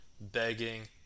begging